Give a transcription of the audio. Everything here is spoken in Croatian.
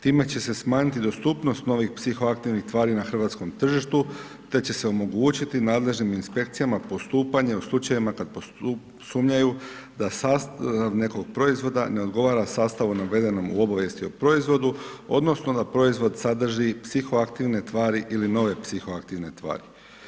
Time će se smanjiti dostupnost novih psihoaktivnih tvari na hrvatskom tržištu, te će se omogućiti nadležnim inspekcijama postupanje u slučajevima kada sumnjaju da sastav nekog proizvoda, ne odgovara sastavu navedenom u obavijesti o proizvodu, odnosno, da proizvod sadrži psihoaktivne tvari ili nove psihoaktivne tvari.